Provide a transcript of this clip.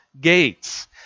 Gates